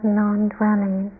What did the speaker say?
non-dwelling